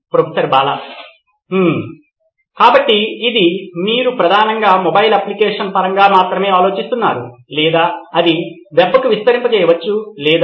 professor Bala హ్మ్ కాబట్టి ఇది మీరు ప్రధానంగా మొబైల్ అప్లికేషన్ పరంగా మాత్రమే ఆలోచిస్తున్నారు లేదా ఇది వెబ్కు విస్తరించవచ్చు లేదా